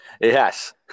Yes